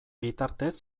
bitartez